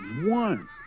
One